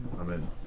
Amen